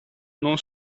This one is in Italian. non